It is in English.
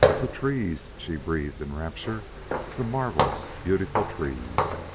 the trees! she breathed in rapture the marvelous, beautiful trees!